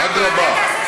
אדרבה.